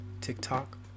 TikTok